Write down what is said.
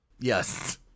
Yes